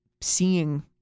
seeing